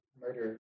murder